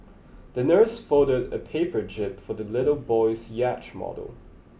the nurse folded a paper jib for the little boy's yacht model